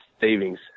savings